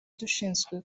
dushinzwe